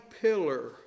pillar